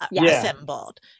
assembled